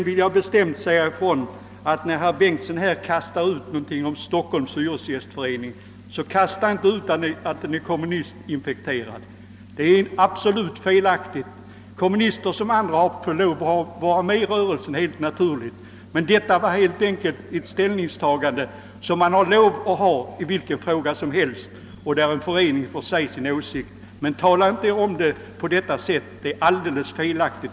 Herr Bengtson i Solna kastade ut påståendet att hyresgästföreningen i Stockholm är kommunistinfekterad. Det är absolut felaktigt. Kommunister får liksom andra vara med i rörelsen och en förening har naturligtvis rätt att ta ställning såsom man gjorde. Men beskriv det inte på detta sätt — det är helt felaktigt.